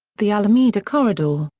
the alameda corridor,